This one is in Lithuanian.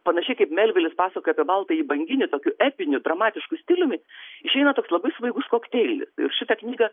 panašiai kaip melvilis pasaka apie baltąjį banginį tokiu epiniu dramatišku stiliumi šiemet toks labai svaigūs kokteilis šitą knygą